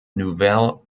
nouvelle